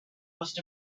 must